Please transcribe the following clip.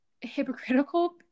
hypocritical